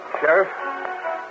Sheriff